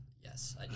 Yes